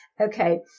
Okay